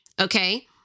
Okay